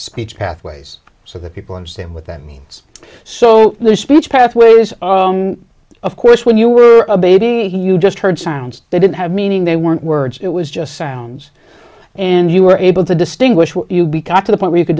speech pathways so that people understand what that means so their speech pathways of course when you were a baby you just heard sounds they didn't have meaning they weren't words it was just sounds and you were able to distinguish what you'd be got to the point where you c